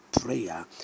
prayer